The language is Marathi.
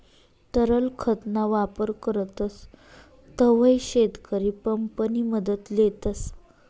तरल खत ना वापर करतस तव्हय शेतकरी पंप नि मदत लेतस